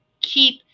Keep